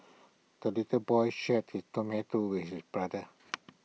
the little boy shared his tomato with his brother